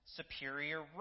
superior